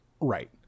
Right